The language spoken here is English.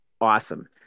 awesome